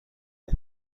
این